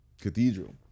Cathedral